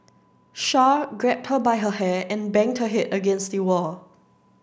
Char grabbed her by her hair and banged her head against the wall